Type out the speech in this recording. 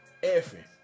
Effing